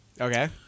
Okay